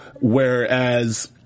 Whereas